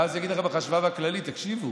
ואז יגיד החשב הכללי: תקשיבו,